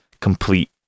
complete